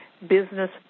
business